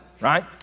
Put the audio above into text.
right